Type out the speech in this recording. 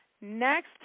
Next